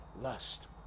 lust